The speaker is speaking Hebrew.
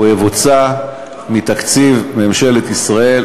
יבוצע מתקציב ממשלת ישראל.